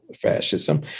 fascism